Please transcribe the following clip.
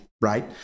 right